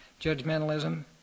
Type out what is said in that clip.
Judgmentalism